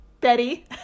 Betty